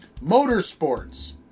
Motorsports